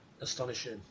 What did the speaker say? astonishing